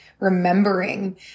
remembering